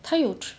它有